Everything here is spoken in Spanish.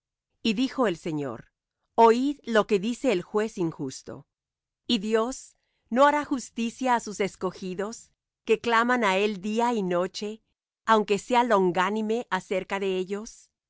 y dijo el señor oid lo que dice el juez injusto y dios no hará justicia á sus escogidos que claman á él día y noche aunque sea longánime acerca de ellos